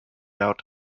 out